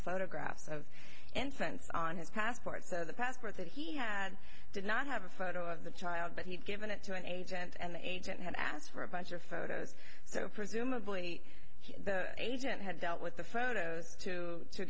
photographs of incense on his passport so the passport that he had did not have a photo of the child but he'd given it to an agent and the agent had asked for a bunch of photos so presumably the agent had dealt with the photos to